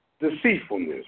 deceitfulness